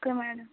okay madam